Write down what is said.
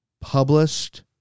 published